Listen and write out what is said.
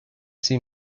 seen